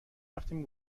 رفتیم